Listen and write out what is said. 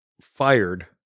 fired